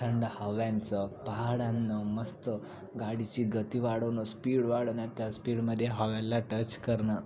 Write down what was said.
थंड हव्यांचं पहाडांनं मस्त गाडीची गति वाढवणं स्पीड वाढवणं त्या स्पीडमध्ये हवेला टच करणं